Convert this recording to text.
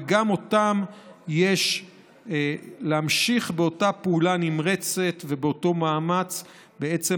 וגם אותם יש להמשיך באותה פעולה נמרצת ובאותו מאמץ בעצם